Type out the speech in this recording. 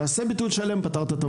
תעשה ביטול שלם ופתרת את הבעיה.